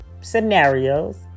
scenarios